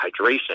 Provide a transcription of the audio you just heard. hydration